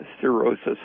cirrhosis